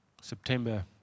September